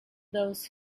those